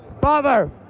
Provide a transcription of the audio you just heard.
Father